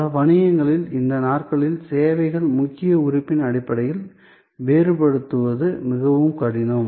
பல வணிகங்களில் இந்த நாட்களில் சேவையை முக்கிய உறுப்பின் அடிப்படையில் வேறுபடுத்துவது மிகவும் கடினம்